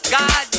God